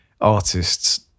artists